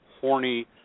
horny